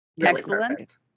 excellent